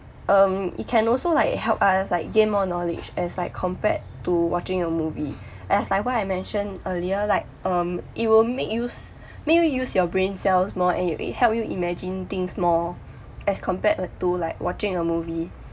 um it can also like help us like gain more knowledge as like compared to watching a movie as like what I mentioned earlier like um it will make use make you use your brain cells more and it will help you imagine things more as compared to like watching a movie